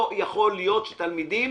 לא יכול להיות שתלמידים